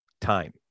time